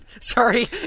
Sorry